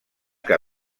que